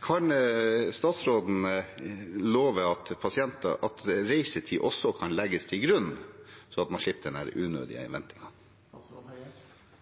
Kan statsråden love at reisetid også kan legges til grunn, slik at man slipper denne unødige ventingen?